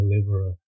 deliverer